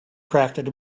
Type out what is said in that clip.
crafted